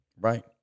right